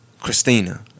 Christina